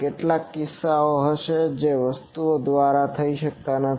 કેટલાક કિસ્સાઓ હશે જે વસ્તુઓ દ્વારા થઈ શકતા નથી